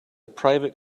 private